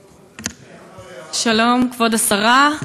שלום, כבוד השרה,